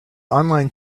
online